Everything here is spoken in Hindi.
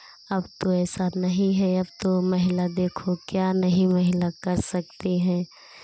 अब तो ऐसा नहीं है अब तो महिला देखो क्या नहीं महिला कर सकती हैं